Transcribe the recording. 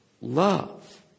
Love